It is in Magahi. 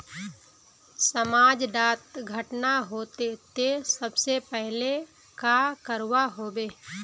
समाज डात घटना होते ते सबसे पहले का करवा होबे?